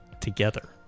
together